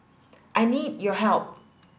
I need your help